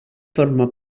forma